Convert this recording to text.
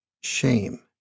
shame